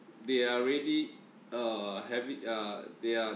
they are ready uh having uh they are